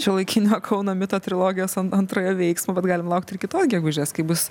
šiuolaikinio kauno mito trilogijos antrojo veiksmo bet galim laukti ir kitos gegužės kai bus